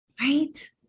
right